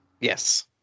Yes